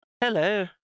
Hello